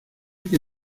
que